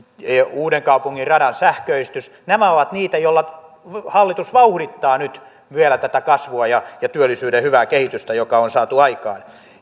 uudenkaupungin radan sähköistys nämä ovat niitä joilla hallitus vauhdittaa nyt vielä tätä kasvua ja työllisyyden hyvää kehitystä joka on saatu aikaan